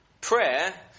prayer